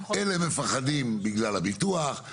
אלה מפחדים בגלל הביטוח,